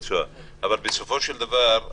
אבל בסופו של דבר ,